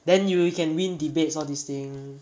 then you you can win debates all this thing